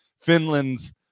Finland's